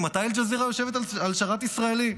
ממתי אל-ג'זירה יושבת על שרת ישראלי?